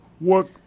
work